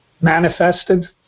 manifested